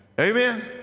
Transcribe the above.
amen